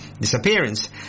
disappearance